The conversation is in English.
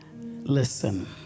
Listen